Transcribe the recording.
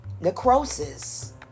necrosis